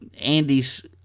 Andy's